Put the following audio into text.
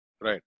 Right